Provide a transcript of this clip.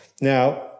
Now